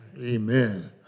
Amen